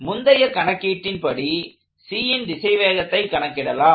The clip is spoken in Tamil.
முந்தைய கணக்கீட்டின்படி Cன் திசைவேகத்தை கணக்கிடலாம்